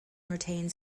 retains